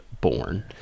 born